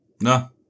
No